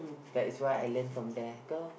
that is what I learn from there girl